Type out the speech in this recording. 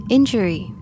Injury